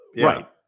right